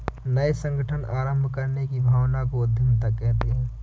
नये संगठन आरम्भ करने की भावना को उद्यमिता कहते है